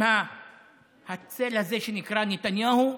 עם הצל הזה שנקרא נתניהו.